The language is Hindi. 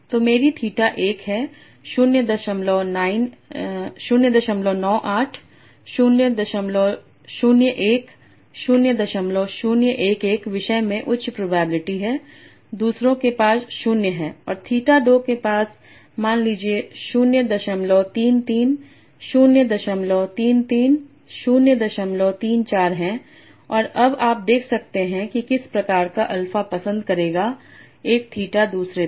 तो मेरी थीटा 1 है 098 001 0011 विषय में उच्च प्रोबेबिलिटी है दूसरों के पास 0 है और थीटा 2 के पास मान लीजिए 033 033 034 हैं और अब आप देख सकते हैं कि किस प्रकार का अल्फा पसंद करेगा 1 थीटा दूसरे पर